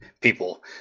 people